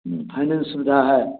finance सुविधा है